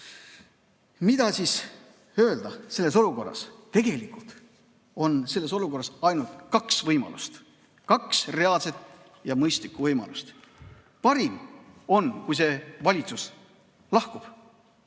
Mida siis öelda selles olukorras? Tegelikult on selles olukorras ainult kaks võimalust, kaks reaalset ja mõistlikku võimalust. Parim on, kui see valitsus lahkub.